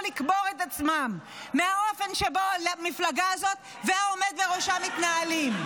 לקבור את עצמם מהאופן שבו המפלגה הזאת והעומד בראשה מתנהלים.